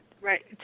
Right